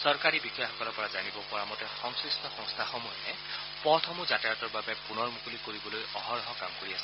চৰকাৰী বিষয়াসকলৰ পৰা জানিব পৰা মতে সংশ্লিষ্ট সংস্থাসমূহে পথসমূহ যাতায়াতৰ বাবে পুনৰ মুকলি কৰিবলৈ অৰহৰ কাম কৰি আছে